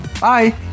bye